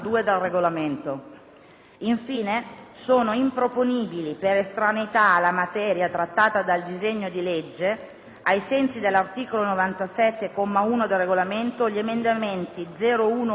Infine, sono improponibili per estraneità alla materia trattata dal disegno di legge, ai sensi dell'articolo 97, comma 1, del Regolamento, gli emendamenti 01.101